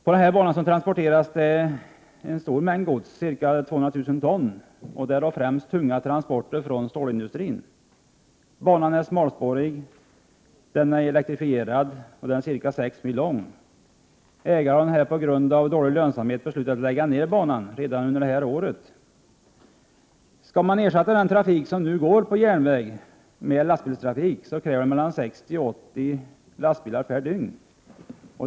På denna bana transporteras en stor mängd gods, ca 200 000 ton. Det är främst tunga transporter från stålindustrin. Banan är smalspårig. Den är ca 6 mil lång och elektrifierad. Ägaren har på grund av dålig lönsamhet beslutat lägga ned banan redan under detta år. Skall man ersätta den trafik som nu går på järnväg med lastbilstrafik krävs mellan 60 och 80 lastbilar per dygn.